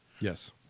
Yes